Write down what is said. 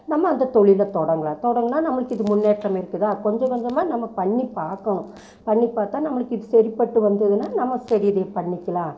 நம்ம அந்த தொழிலை தொடங்கலாம் தொடங்கினா நம்மளுக்கு இது முன்னேற்றம் இருக்குதா கொஞ்ச கொஞ்சமா நம்ம பண்ணி பார்க்கணும் பண்ணி பார்த்தா நம்மளுக்கு இது சரிப்பட்டு வந்துதுன்னா நம்ம சரி இதே பண்ணிக்கலாம்